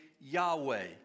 Yahweh